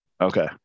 Okay